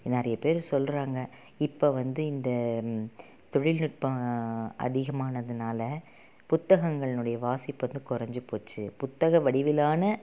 நிறைய பேர் சொல்கிறாங்க இப்போ வந்து இந்த தொழில்நுட்பம் அதிகமானதுனால் புத்தகங்கள்னுடைய வாசிப்பு வந்து குறஞ்சி போச்சு புத்தக வடிவிலான